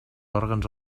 òrgans